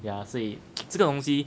yeah 所以 这个东西